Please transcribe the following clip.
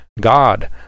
God